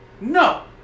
no